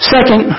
Second